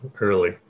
early